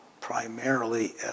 primarily